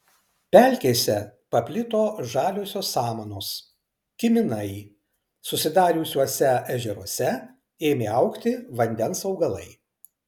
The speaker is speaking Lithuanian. pelkėse paplito žaliosios samanos kiminai susidariusiuose ežeruose ėmė augti vandens augalai